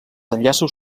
enllaços